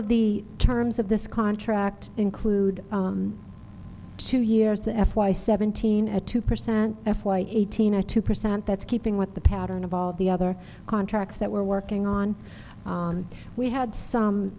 of the terms of this contract include two years the f y seventeen at two percent f y eighteen zero two percent that's keeping with the pattern of all the other contracts that we're working on we had some